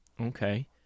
Okay